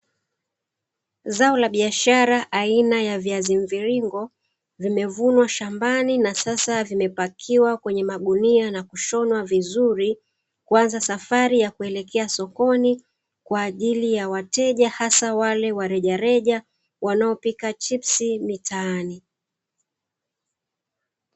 Zao la biashara, aina ya viazi mviringo, vimevunwa shambani na sasa vimepakiwa kwenye magunia na kushonwa vizuri. Kuanza safari ya kuelekea sokoni kwa ajili ya wateja, hasa wale wa rejareja wanaopika chips mitaani.